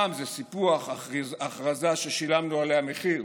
פעם זה סיפוח, הכרזה ששילמנו עליה מחיר